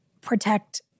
protect